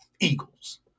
Eagles